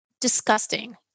disgusting